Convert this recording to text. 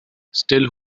still